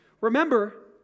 Remember